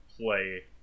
play